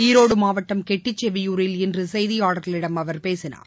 ஈரோடுமாவட்டம் கெட்டிச்செவியூரில் இன்றுசெய்தியாளர்களிடம் அவர் பேசினார்